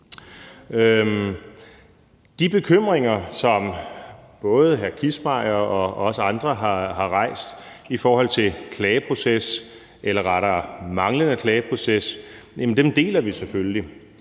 De bekymringer, som både hr. Carsten Kissmeyer og også andre har rejst i forhold til klageproces eller rettere manglende klageproces, deler vi selvfølgelig.